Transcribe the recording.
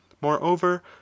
Moreover